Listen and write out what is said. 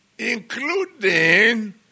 Including